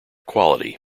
quality